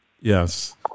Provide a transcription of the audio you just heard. Yes